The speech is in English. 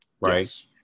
Right